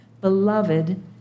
beloved